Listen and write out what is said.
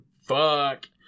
Fuck